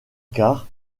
quart